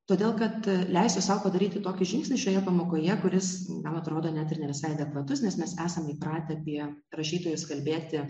todėl kad leisiu sau padaryti tokį žingsnį šioje pamokoje kuris man atrodo net ir ne visai adekvatus nes mes esam įpratę apie rašytojus kalbėti